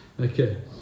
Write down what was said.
Okay